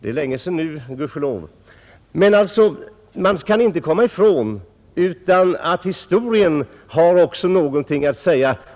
Det är länge sedan nu, gudskelov, men man kan inte komma ifrån att historien också har något att säga.